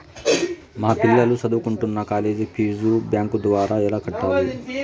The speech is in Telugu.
మా పిల్లలు సదువుకుంటున్న కాలేజీ ఫీజు బ్యాంకు ద్వారా ఎలా కట్టాలి?